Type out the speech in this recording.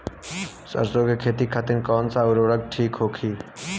सरसो के खेती खातीन कवन सा उर्वरक थिक होखी?